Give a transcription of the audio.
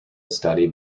study